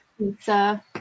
pizza